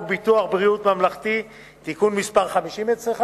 ביטוח בריאות ממלכתי (תיקון מס' 50),